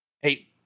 Hey